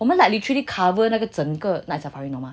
我们 like literally cover 那个整个 night safari 你懂吗